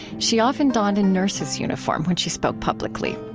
she often donned a nurse's uniform when she spoke publicly.